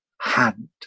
hand